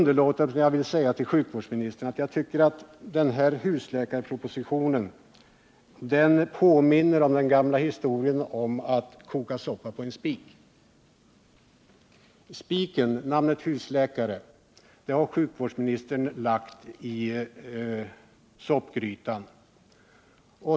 Den här sjukvårdspropositionen påminner mig om den gamla historien om att koka soppa på en spik. Spiken —- namnet husläkare — har sjukvårdsministern lagt i soppgrytan.